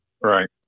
right